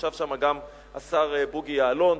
ישב שם גם השר בוגי יעלון,